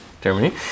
Germany